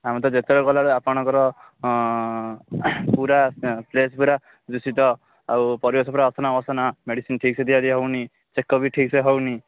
ଆମେ ତ ଯେତେବେଳେ ଗଲା ବେଳେ ଆପଣଙ୍କର ପୁରା ପ୍ଲେସ୍ ପୁରା ଦୂଷିତ ଆଉ ପରିବେଶ ପୁରା ଅସନା ମସନା ମେଡ଼ିସିନ ଠିକ୍ ସେ ଦିଆ ହେଉନି ଚେକଅପ୍ ବି ଠିକ୍ ସେ ହେଉନି